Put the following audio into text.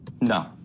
No